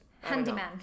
handyman